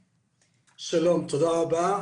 שלום, תודה רבה.